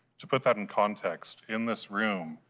to put that in context, in this room,